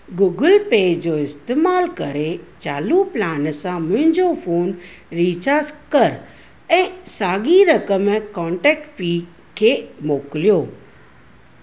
Google Pay जो इस्तेमालु करे चालू प्लान सां मुंहिंजो फ़ोन रीचार्ज कर ऐं साॻिई रक़म कॉन्टेक्ट पीउ खे मोकिलियो